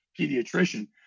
pediatrician